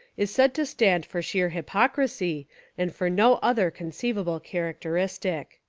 is said to stand for sheer hypocrisy and for no other conceivable characteristic.